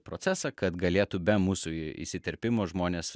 procesą kad galėtų be mūsų įsiterpimo žmonės